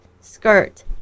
Skirt